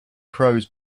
crows